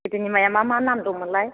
गोदोनि माइया मा मा नाम दंमोनलाय